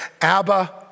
Abba